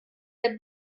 der